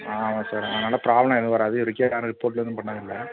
ஆ ஆமாம் சார் அதனால ப்ராப்ளம் எதுவும் வராது இது வரைக்கும் யாரும் ரிப்போர்ட்லாம் எதுவும் பண்ணதில்லை